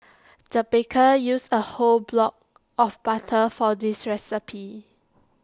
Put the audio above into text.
the baker used A whole block of butter for this recipe